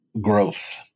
growth